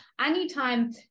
anytime